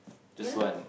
ya lah